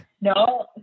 No